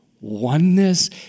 Oneness